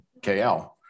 KL